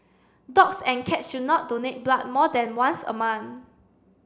dogs and cats should not donate blood more than once a month